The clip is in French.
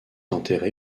enterré